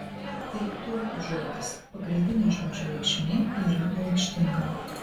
tai tiurkų žodis pagrindinė žodžio reikšmė yra lakštingala